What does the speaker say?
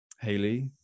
Hayley